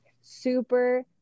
super